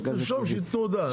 אז תרשום שיתנו הודעה.